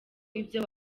ibyo